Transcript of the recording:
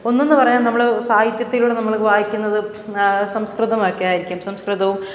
ഒന്നെന്നു പറയാം നമ്മൾ സാഹിത്യത്തിലൂടെ നമ്മൾ വായിക്കുന്നത് സംസ്കൃതം ഒക്കെയായിരിക്കും സംസ്കൃതവും